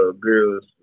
girl's